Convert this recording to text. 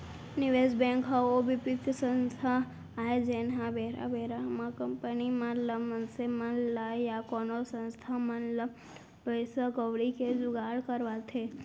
निवेस बेंक ह ओ बित्तीय संस्था आय जेनहा बेरा बेरा म कंपनी मन ल मनसे मन ल या कोनो संस्था मन ल पइसा कउड़ी के जुगाड़ करवाथे